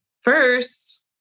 first